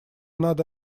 надо